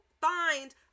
find